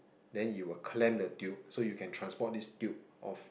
then you will clamp the tube so you can transport this tube of